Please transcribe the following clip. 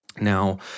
Now